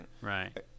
right